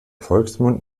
volksmund